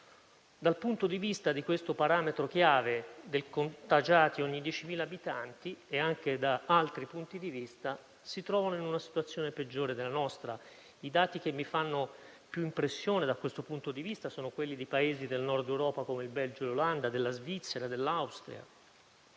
dal punto di vista del parametro chiave dei contagiati ogni 10.000 abitanti e anche da altri punti di vista, si trovano in una situazione peggiore della nostra. I dati che mi fanno più impressione da questo punto di vista sono quelli di Paesi del Nord Europa, come il Belgio, l'Olanda, la Svizzera e l'Austria.